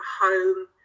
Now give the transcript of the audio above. home